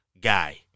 guy